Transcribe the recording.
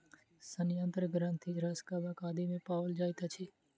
सयंत्र ग्रंथिरस कवक आदि मे पाओल जाइत अछि